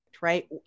right